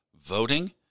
voting